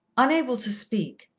unable to speak,